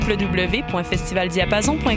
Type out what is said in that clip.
www.festivaldiapason.com